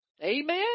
Amen